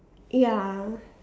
ya